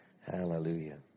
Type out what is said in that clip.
Hallelujah